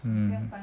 mm